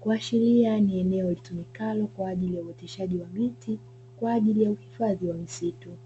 kuashiria ni eneo litumikalo kwa ajili ya uoteshaji wa miti kwa ajili ya uhifadhi wa misitu.